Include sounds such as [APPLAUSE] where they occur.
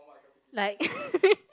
like [LAUGHS]